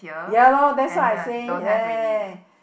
ya loh that's why I say there